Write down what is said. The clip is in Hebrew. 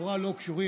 לכאורה לא קשורים,